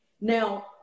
Now